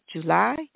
July